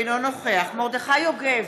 אינו נוכח מרדכי יוגב,